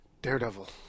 Daredevil